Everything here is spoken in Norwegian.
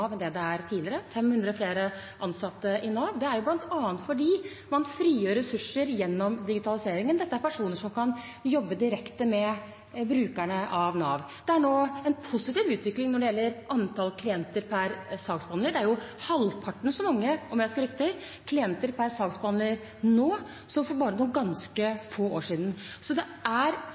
nå enn det har vært tidligere – 500 flere ansatte i Nav. Det er bl.a. fordi man frigjør ressurser gjennom digitaliseringen. Dette er personer som kan jobbe direkte med brukerne av Nav. Det er nå en positiv utvikling når det gjelder antall klienter per saksbehandler. Det er halvparten så mange, om jeg husker riktig, klienter per saksbehandler nå som for bare noen ganske få år siden. Så det er